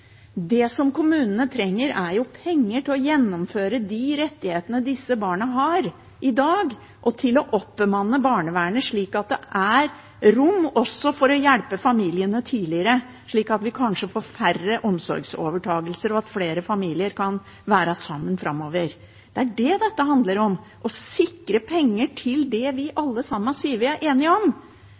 feltet. Det kommunene trenger, er penger til å gjennomføre de rettighetene disse barna har i dag, og til å oppbemanne barnevernet slik at det også er rom for å hjelpe familiene tidligere, slik at vi kanskje får færre omsorgsovertakelser, og at flere familier kan være sammen framover. Det er det dette handler om: å sikre penger til det vi alle sammen sier vi er enige om.